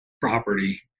property